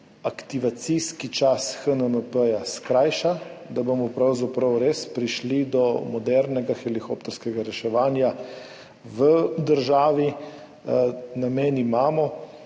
aktivacijski čas HNMP skrajša, da bomo pravzaprav res prišli do modernega helikopterskega reševanja v državi. Namen imamo.